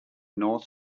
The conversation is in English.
north